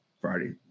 Friday